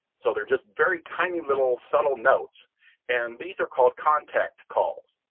so they're just very tiny, little, subtle notes and these are called contact calls.